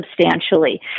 substantially